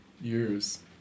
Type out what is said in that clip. years